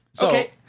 Okay